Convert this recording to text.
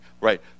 right